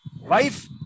wife